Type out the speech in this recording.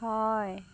হয়